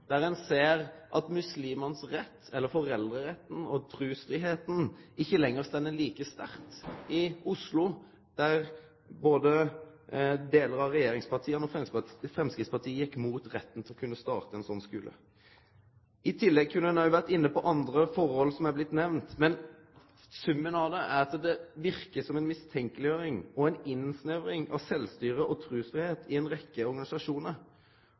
der ein ser at foreldreretten og trusfridomen ikkje lenger står like sterkt i Oslo. Der gjekk både delar av regjeringspartia og Framstegspartiet mot retten til å kunne starte ein slik skule. I tillegg kunne ein ha vore inne på andre forhold som er blitt nemnde. Men summen av det er at det verkar som ei mistenkjeleggjering og ei innsnevring av sjølvstyret og trusfridomen i ei rekkje organisasjonar.